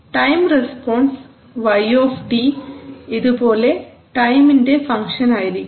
അതിനാൽ time response y ഇതുപോലെ ടൈമിന്റെ ഫങ്ക്ഷൻ ആയിരിക്കും